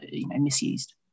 misused